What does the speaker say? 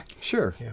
sure